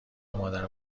مادر